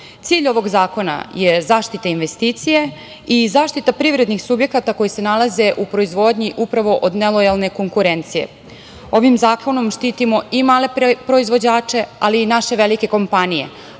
ovog zakona je zaštita investicije, i zaštite privrednih subjekata koji se nalaze u proizvodnji upravo od nelojalne konkurencije. Ovim zakonom štitimo i male proizvođače, ali i naše velike kompanije